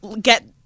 get